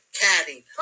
Caddy